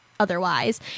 Otherwise